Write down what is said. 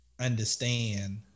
understand